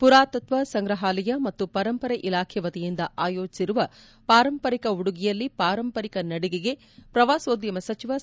ಪುರಾತತ್ವ ಸಂಗ್ರಹಾಲಯ ಮತ್ತು ಪರಂಪರೆ ಇಲಾಖೆ ವತಿಯಿಂದ ಆಯೋಜಿಸಿರುವ ಪಾರಂಪರಿಕ ಉಡುಗೆಯಲ್ಲಿ ಪಾರಂಪರಿಕ ನಡಿಗೆಗೆ ಪ್ರವಾಸೋದ್ಯಮ ಸಚಿವ ಸಾ